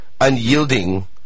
unyielding